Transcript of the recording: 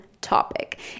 topic